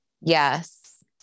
Yes